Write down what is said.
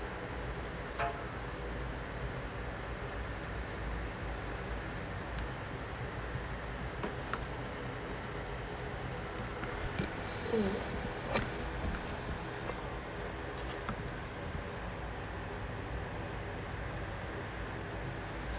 mm